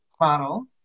model